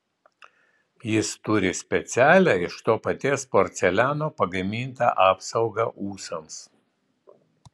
jis turi specialią iš to paties porceliano pagamintą apsaugą ūsams